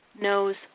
knows